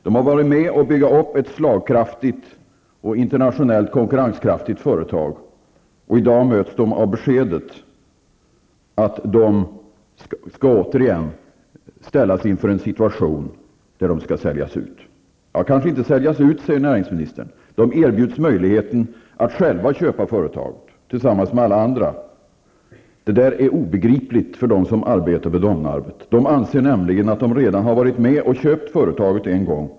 De har varit med om att bygga upp ett slagkraftigt och internationellt konkurrenskraftigt företag. I dag möts de av beskedet att de återigen skall ställas inför en situation där de skall säljas ut. Ja, näringsministern säger kanske inte säljas ut. De erbjuds möjligheten att själva köpa företaget tillsammans med alla andra. Detta är obegripligt för dem som arbetar vid Domnarvet. De anser nämligen att de redan har varit med och köpt företaget en gång.